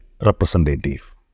representative